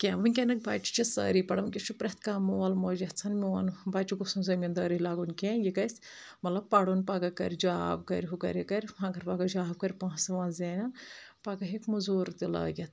کینٛہہ وٕنکیٚنُک بَچہِ چھِ سٲری پَران وٕنکیٚس چھُ پرؠتھ کانٛہہ مول موج یژھَان مِیون بَچہِ گوٚژھ نہٕ زٔمیٖندٲری لگُن کینٛہہ یہِ گژھِ مطلب پرُن پَگہہ کرِ جاب کرِ ہُہ کرِ یہِ کَرِ اَگر پَگہہ جاب کرِ پونٛسہٕ وونٛسہٕ زَیٚنَن پَگہہ ہیٚکہِ مٔزوٗر تہِ لٲگِتھ